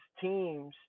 teams